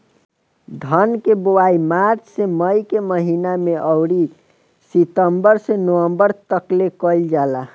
धान के बोआई मार्च से मई के महीना में अउरी सितंबर से नवंबर तकले कईल जाला